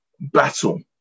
battle